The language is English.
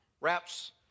wraps